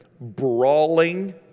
brawling